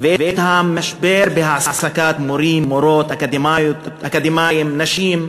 ואת המשבר בהעסקת מורים-מורות אקדמאים, נשים,